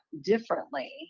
differently